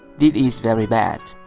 this is very bad!